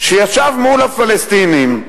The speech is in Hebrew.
שישב מול הפלסטינים,